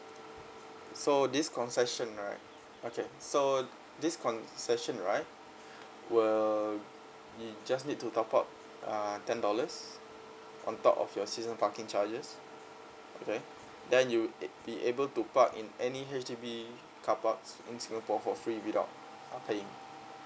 so this concession right okay so uh this concession right will you just need to top up uh ten dollars on top of your season parking charges okay then you will be able to park in any H_D_B car parks in singapore for free without uh paying